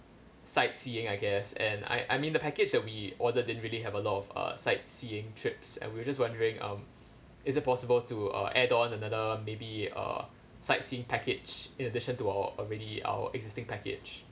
sightseeing I guess and I I mean the package that we order didn't really have a lot of uh sightseeing trips and we're just wondering um is it possible to uh add on another maybe uh sightseeing package in addition to our already our existing package